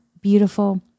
beautiful